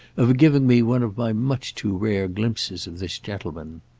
of giving me one of my much-too-rare glimpses of this gentleman.